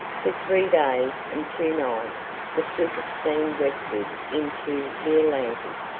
for three days and two nights the flitter steamed westward into the atlantic,